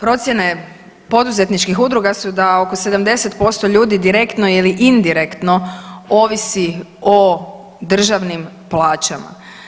Procjene poduzetničkih udruga su da oko 70% ljudi direktno ili indirektno ovisi o državnim plaćama.